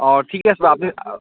অ ঠিক আছে বাৰু আপুনি